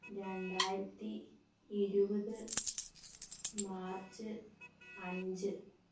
രണ്ടായിരത്തി ഇരുപത് മാർച്ച് അഞ്ച്